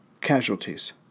casualties